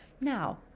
Now